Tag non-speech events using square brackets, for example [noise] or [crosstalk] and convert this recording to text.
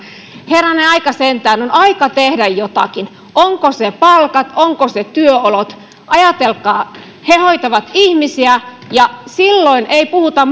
herranen aika sentään on aika tehdä jotakin onko se palkat onko se työolot ajatelkaa he hoitavat ihmisiä ja silloin ei puhuta [unintelligible]